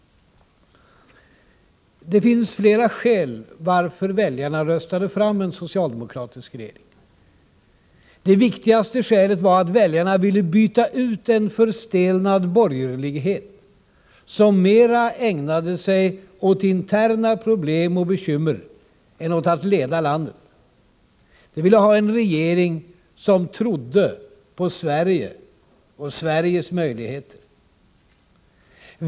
Det finns flera skäl till att väljarna röstade fram en socialdemokratisk regering. Det viktigaste skälet var att väljarna ville byta ut en förstelnad borgerlighet, som mer ägnade sig åt interna problem och bekymmer än att leda landet, mot en regering som trodde på Sverige och Sveriges möjligheter.